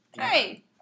Hey